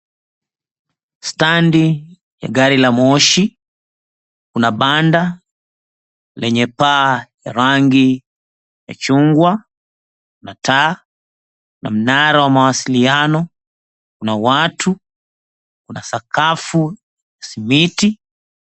Standi ya gari la moshi, kuna banda lenye paa ya rangi la chungwa na taa na mnara wa mawasiliano, kuna watu, kuna sakafu, simiti.